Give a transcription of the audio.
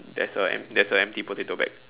there's a emp~ there's a empty potato bag